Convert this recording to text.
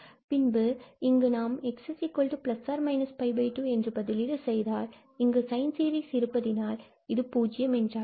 பின்பு இங்கு நாம் 𝑥±𝜋 என்று பதிலீடு செய்தால் இங்கு சைன் சீரிஸ் இருப்பதினால் இது 0 என்றாகிறது